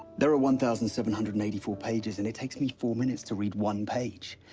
there are one thousand seven hundred and eighty four pages, and it takes me four minutes to read one page.